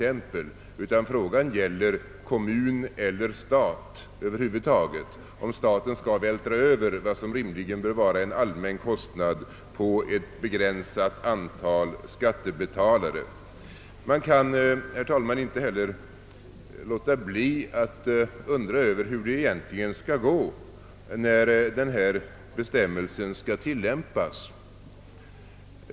Detta är en fråga mellan kommun och stat över huvud taget — om staten skall vältra över vad som rimligen bör vara en allmän kostnad på ett begränsat antal skattebetalare. Man kan, herr talman, inte annat än undra över hur det egentligen skall gå när beslutet skall tillämpas.